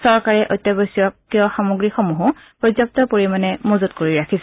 চৰকাৰে অত্যাৱশ্যকীয় সামগ্ৰীসমূহ পৰ্যাপ্ত পৰিমাণে মজুত কৰি ৰাখিছে